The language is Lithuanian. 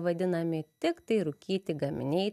vadinami tiktai rūkyti gaminiai